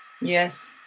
Yes